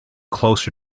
closer